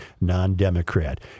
non-Democrat